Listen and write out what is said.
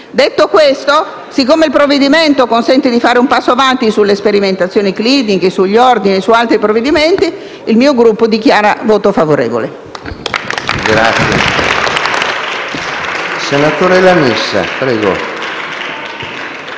Detto questo, siccome il provvedimento consente di fare un passo in avanti sulle sperimentazioni cliniche, sugli ordini e su altri temi, il mio Gruppo dichiara voto favorevole.